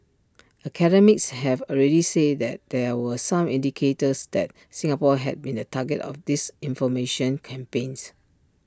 academics have already said that there were some indicators that Singapore has been the target of disinformation campaigns